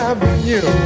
Avenue